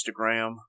Instagram